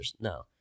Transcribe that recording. No